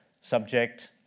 subject